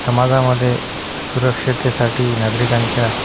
समाजामध्ये सुरक्षितेसाठी नागरिकांच्या